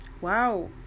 wow